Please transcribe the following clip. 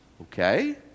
Okay